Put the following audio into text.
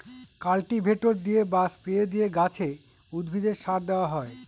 cultivator দিয়ে বা spray দিয়ে গাছে, উদ্ভিদে সার দেওয়া হয়